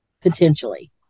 potentially